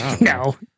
No